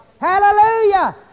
Hallelujah